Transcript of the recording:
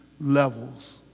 levels